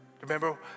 Remember